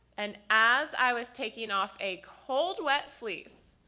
and as i was taking off a cold wet fleece,